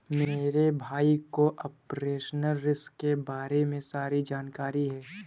मेरे भाई को ऑपरेशनल रिस्क के बारे में सारी जानकारी है